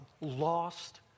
lost